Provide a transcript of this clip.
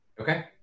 Okay